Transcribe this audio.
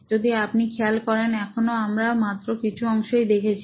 যদি আপনি খেয়াল করেন এখনো আমরা মাত্র কিছু অংশই দেখেছি